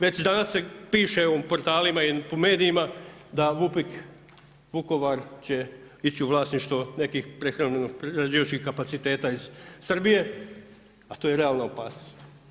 Već danas se piše u portalima i po medijima da … Vukovar će ići u vlasništvo nekih prehrambeno-prerađivačkih kapaciteta iz Srbije, a to je realna opasnost.